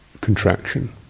contraction